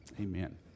amen